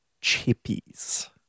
chippies